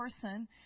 person